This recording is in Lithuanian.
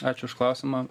ačiū už klausimą